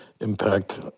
impact